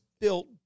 built